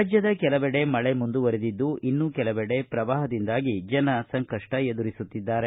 ರಾಜ್ದದ ಕೆಲವೆಡೆ ಮಳೆ ಮುಂದುವರಿದಿದ್ದು ಇನ್ನೂ ಕೆಲವೆಡೆ ಪ್ರವಾಪದಿಂದಾಗಿ ಜನ ಸಂಕಷ್ಷ ಎದುರಿಸುತ್ತಿದ್ದಾರೆ